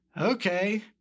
okay